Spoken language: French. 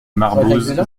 marboz